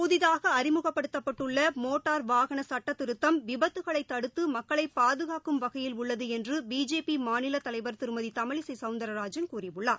புதிதாகஅறிமுகப்படுத்தப்பட்டுள்ளமோட்டார் வாகனசுட்டத் திருத்தம் விபத்துகளைதடுத்துமக்களைபாதுகாக்கும் வகையில் உள்ளதுஎன்றுபிஜேபிமாநிலதலைவர் திருமதிதமிழிசைசௌந்தர்ராஜன் கூறியுள்ளார்